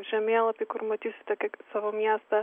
žemėlapį kur matysite kiek savo miestą